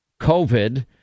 covid